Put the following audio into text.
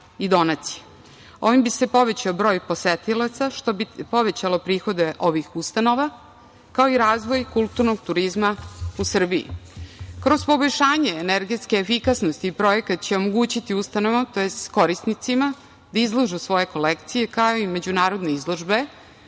i donacija. Ovim bi se povećao broj posetilaca, što bi povećalo prihode ovih ustanova, kao i razvoj kulturnog turizma u Srbiji. Kroz poboljšanje energetske efikasnosti, projekat će omogućiti korisnicima da izlažu svoje kolekcije, kao i međunarodne izložbe